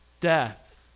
death